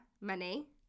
money